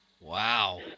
Wow